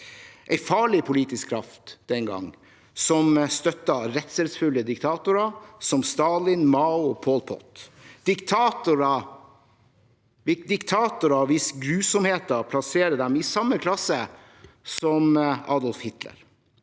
en farlig politisk kraft som støttet redselsfulle diktatorer som Stalin, Mao og Pol Pot, diktatorer hvis grusomheter plasserer dem i samme klasse som Adolf Hitler.